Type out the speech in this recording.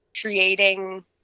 creating